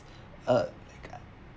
uh ya